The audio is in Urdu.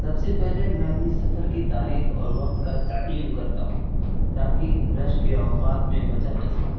سب سے پہلے میں اپنی سفر کی تاریخ اور وقت کا تعین کرتا ہوں تاکہ رش کے اوقات میں بچا جا سکے